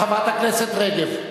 חברת הכנסת רגב.